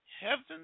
heaven